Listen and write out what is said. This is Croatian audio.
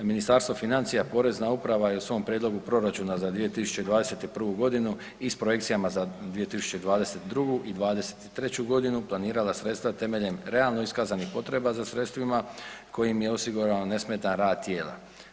Ministarstvo financija, Porezna uprava je u svom prijedlogu proračuna za 2021. godinu i s projekcijama za 2022. i 2023. planirala sredstva temeljem realno iskazanih potreba za sredstvima kojim je osigurala nesmetan rad tijela.